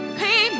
pay